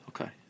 Okay